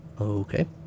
Okay